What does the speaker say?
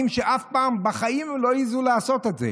שאף פעם בחיים הם לא העזו לעשות את זה?